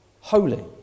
holy